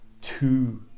two